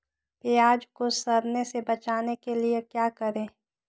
प्याज को सड़ने से बचाने के लिए क्या करें?